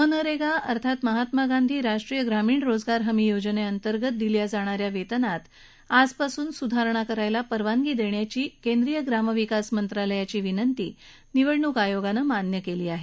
मनरेगा अर्थात महात्मा गांधी राष्ट्रीय ग्रामीण रोजगार हमी योजने अंतर्गत दिल्या जाणाऱ्या वेतनात एक एप्रिलपासून सुधारणा करायला परवानगी देण्याची केंद्रीय ग्रामविकास मंत्रालयाची विनंती निवडणूक आयोगानं मान्य केली आहे